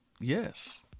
yes